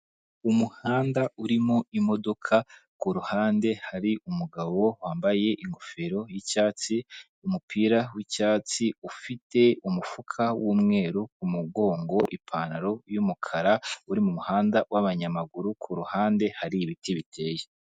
Umuhanda urimo imodoka kuruhande, hari umugabo wambaye ingofero yicyatsi, umupira wicyatsi ufite umufuka w'umweru kumugongo ipantaro y'umukara uri mumuhanda wabanyamaguru kuruhande hari ibiti biteye.